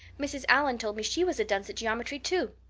mrs. allan told me she was a dunce at geometry too.